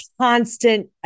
constant